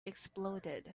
exploded